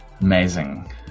amazing